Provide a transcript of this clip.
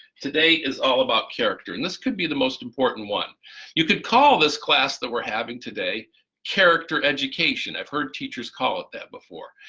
today is all about character, and this could be the most important one you could call this class that we're having today character education, i've heard teachers call it that before,